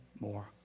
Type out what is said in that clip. more